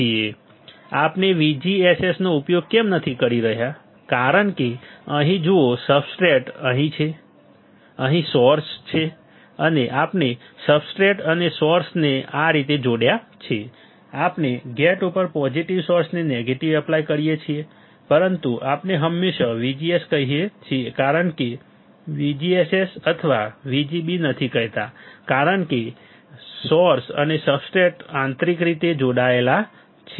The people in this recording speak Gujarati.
આપણે VGSS નો ઉપયોગ કેમ નથી કરી રહ્યા કારણ કે અહીં જુઓ સબસ્ટ્રેટ છે અહીં સોર્સ છે અને આપણે સબસ્ટ્રેટ અને સોર્સને આ રીતે જોડ્યા છે આપણે ગેટ ઉપર પોઝીટીવ સોર્સને નેગેટિવ એપ્લાય કરીએ છીએ પરંતુ આપણે હંમેશા VGS કહીએ છીએ આપણે ક્યારેય VGSS અથવા VGB નથી કહેતા કારણ કે સોર્સ અને સબસ્ટ્રેટ આંતરિક રીતે જોડાયેલા છે